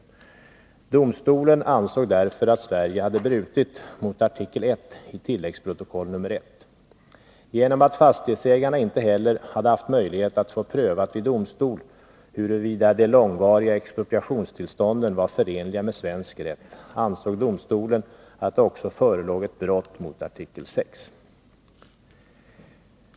Domstolen ansåg därför att Sverige hade brutit mot artikel 1 i tilläggsprotokoll nr 1. Genom att fastighetsägarna inte heller hade haft möjlighet att få prövat vid domstol huruvida de långvariga expropriationstillstånden var förenliga med svensk rätt ansåg domstolen att det också förelåg ett brott mot artikel 6.